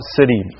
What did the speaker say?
city